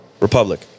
Republic